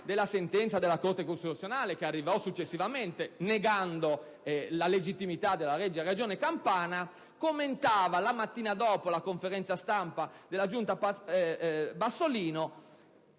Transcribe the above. della sentenza della Corte costituzionale (che arrivò successivamente, negando la legittimità della legge della Regione Campania), commentava la mattina dopo la conferenza stampa della Giunta Bassolino: